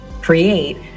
create